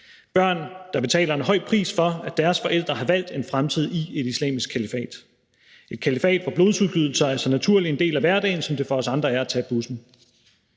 børn, der betaler en høj pris for, at deres forældre har valgt en fremtid i et islamisk kalifat – et kalifat, hvor blodsudgydelser er så naturlig en del af hverdagen, som det for os andre er at tage bussen.